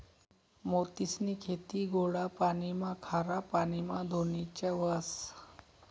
मोतीसनी खेती गोडा पाणीमा, खारा पाणीमा धोनीच्या व्हस